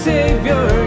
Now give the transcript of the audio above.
Savior